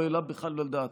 לא העלה בכלל על דעתו,